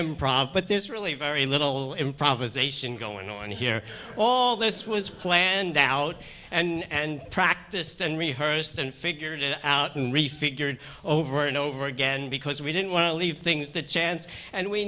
improv but there's really very little improvisation going on here all this was planned out and practiced and rehearsed and figured out in refigured over and over again because we didn't want to leave things to chance and we